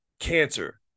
cancer